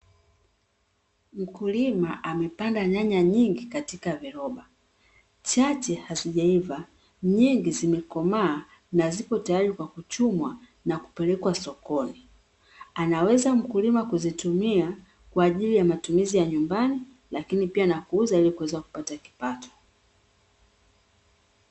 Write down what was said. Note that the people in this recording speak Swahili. Mkulima amepanda nyanya nyingi katika viroba, chache hazijaiva nyingi zimekomaa na zipo tayari kwa kuchumwa na kupelekwa sokoni. Anaweza mkulima kuzitumia kwa ajili ya matumizi ya nyumbani lakini pia na kuuza ili kuweza kupata kipato.